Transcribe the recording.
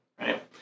right